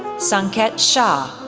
sanket shah,